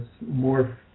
more